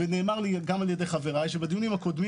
נאמר לי גם על-ידי חבריי שבדיונים הקודמים